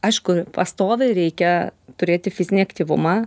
aišku pastoviai reikia turėti fizinį aktyvumą